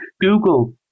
Google